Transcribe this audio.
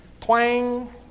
Twang